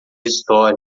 história